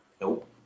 Nope